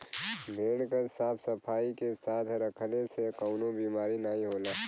भेड़ के साफ सफाई के साथे रखले से कउनो बिमारी नाहीं होला